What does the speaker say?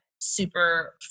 super